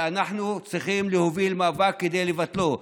ואנחנו צריכים להוביל מאבק כדי לבטלו.